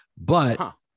But-